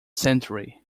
century